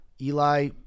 Eli